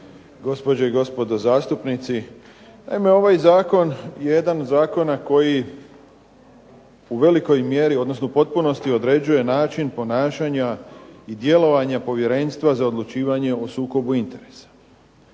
gospođe i gospodo zastupnici. Naime, ovaj zakon je jedan od zakona koji u velikoj mjeri odnosno u potpunosti određuje način ponašanja i djelovanja Povjerenstva za odlučivanje o sukobu interesa.